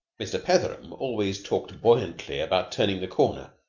mr. petheram always talked buoyantly about turning the corner,